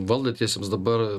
valdantiesiems dabar